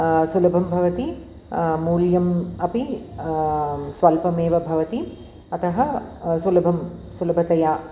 सुलभं भवति मूल्यं अपि स्वल्पमेव भवति अतः सुलभं सुलभतया